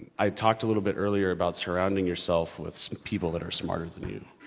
i talked a little bit earlier about surrounding yourself with some people that are smarter than you.